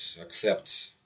accept